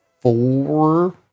four